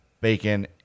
bacon